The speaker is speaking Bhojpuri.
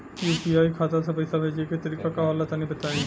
यू.पी.आई खाता से पइसा भेजे के तरीका का होला तनि बताईं?